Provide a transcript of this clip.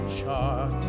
chart